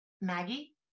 Maggie